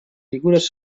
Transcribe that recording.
figures